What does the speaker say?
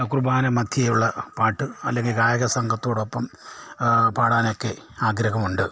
കുർബാന മദ്ധ്യേ ഉള്ള പാട്ട് അല്ലെങ്കിൽ ഗായക സംഘത്തോടൊപ്പം പാടാനൊക്കെ ആഗ്രഹമുണ്ട്